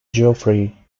geoffrey